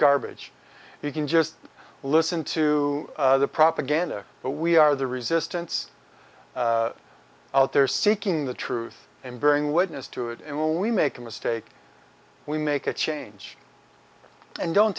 garbage you can just listen to the propaganda but we are the resistance out there seeking the truth and bearing witness to it and when we make a mistake we make a change and don't